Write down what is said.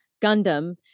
Gundam